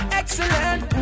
excellent